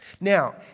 Now